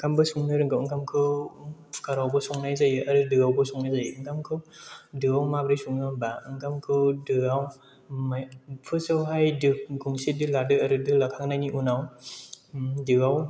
ओंखामबो संनो रोंगौ ओंखामखौ कुकार आवबो संनाय जायो आरो दोआवबो संनाय जायो ओंखामखौ दोआव माब्रै सङो होमबा ओंखामखौ दोआव फार्स्ट आवहाय दो गंसे दो लादो ओरै दो लाखांनायनि उनाव दोआव